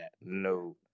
No